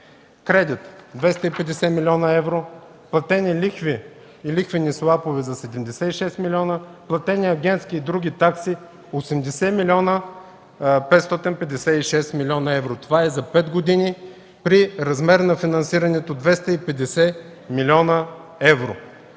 кредит – 250 млн. евро, платени лихви и лихвени слапове до 76 милиона; платени агентски и други такси – 80,556 милиона евро. Това е за пет години при размер на финансирането – 250 млн. евро.